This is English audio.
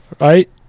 right